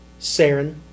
Saren